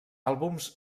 àlbums